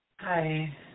Hi